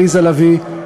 עליזה לביא,